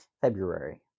February